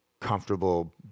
comfortable